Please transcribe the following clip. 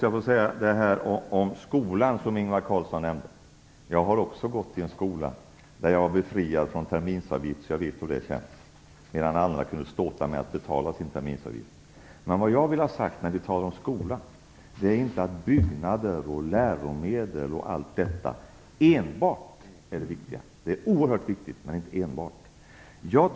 Vad gäller skolan, som Ingvar Carlsson nämnde, vill jag säga att också jag har gått i en skola befriad från terminsavgift medan andra kunde ståta med att ha betalat sin terminsavgift, så jag vet hur det känns. Men vad jag vill ha sagt om skolan är att inte enbart byggnader, läromedel osv. är det viktiga. Det är oerhört viktigt, men inte enbart detta.